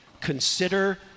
consider